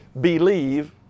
believe